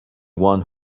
one